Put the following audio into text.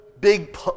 big